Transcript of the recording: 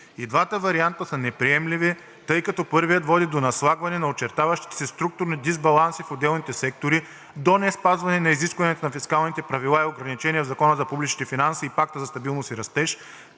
И двата варианта са неприемливи, тъй като първият води до наслагване на очертаващите се структурни дисбаланси в отделните сектори, до неспазване на изискванията на фискалните правила и ограничения в Закона за публичните финанси и Пакта за стабилност и растеж,